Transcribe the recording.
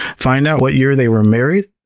find out what year they were married,